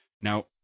Now